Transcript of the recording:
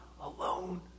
alone